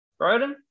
Broden